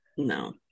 no